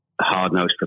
hard-nosed